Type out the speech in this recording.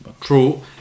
True